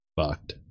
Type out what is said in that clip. Fucked